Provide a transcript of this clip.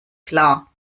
klar